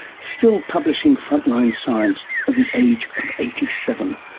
still publishing front-line science at the age of eighty seven.